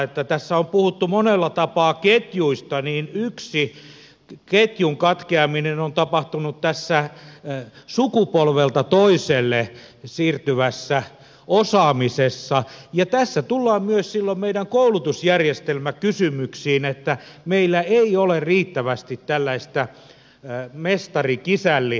kun tässä on puhuttu monella tapaa ketjuista niin yksi ketjun katkeaminen on tapahtunut tässä sukupolvelta toiselle siirtyvässä osaamisessa ja tässä tullaan silloin myös meidän koulutusjärjestelmäkysymyksiimme että meillä ei ole riittävästi tällaista mestarikisälli järjestelmää